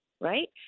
Right